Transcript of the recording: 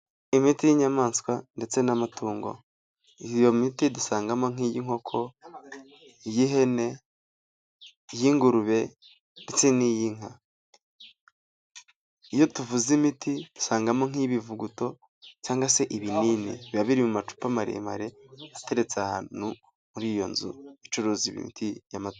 Imiti y'inyamaswa ndetse n'amatungo, iyo miti dusangamo nk'iyinkoko iy'ihene, iy'ingurube ndetse n'iy'inka. Iyo tuvuze imiti dusangamo nk'iyibivuguto cyangwa se ibinini, biba biri mu macupa maremare ateretse ahantu muri iyo nzu icuruza imiti y'amatungo.